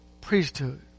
priesthood